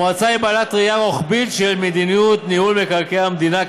המועצה היא בעלת ראייה רוחבית של מדיניות ניהול מקרקעי המדינה,